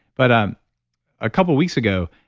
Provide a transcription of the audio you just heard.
but um a couple of weeks ago,